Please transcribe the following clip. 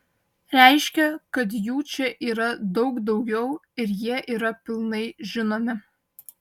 reiškia kad jų čia yra daug daugiau ir jie yra pilnai žinomi